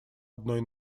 одной